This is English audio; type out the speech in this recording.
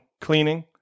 Cleaning